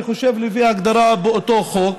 לפי ההגדרה בחוק,